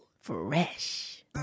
Fresh